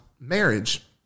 marriage